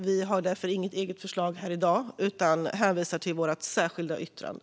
Vi har därför inget eget förslag här i dag, utan jag hänvisar till vårt särskilda yttrande.